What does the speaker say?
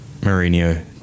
Mourinho